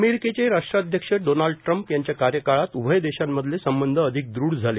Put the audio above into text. अमेरिकेचे राष्ट्राध्यक्ष Donald Trump यांच्या कार्यकाळात उभय देशांमधले संबंध अधिक दृढ झाले